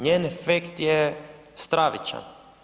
Njen efekt je stravičan.